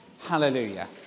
Hallelujah